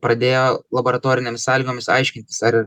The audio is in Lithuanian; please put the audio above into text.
pradėjo laboratorinėmis sąlygomis aiškintis ar